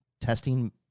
testing